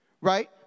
right